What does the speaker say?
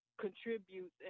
contributes